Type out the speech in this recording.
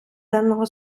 денного